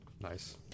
Nice